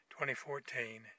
2014